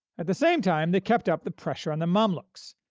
at the same time, they kept up the pressure on the mamluks.